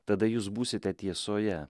tada jūs būsite tiesoje